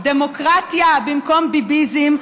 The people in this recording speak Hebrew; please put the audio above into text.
דמוקרטיה במקום ביביזם,